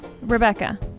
Rebecca